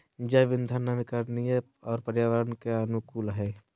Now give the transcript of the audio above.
जैव इंधन नवीकरणीय और पर्यावरण के अनुकूल हइ